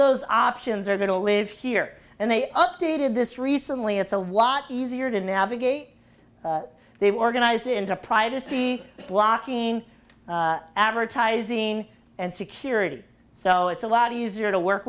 those options are going to live here and they updated this recently it's a lot easier to navigate they've organize into privacy blocking advertising and security so it's a lot easier to work